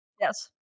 Yes